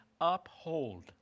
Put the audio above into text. uphold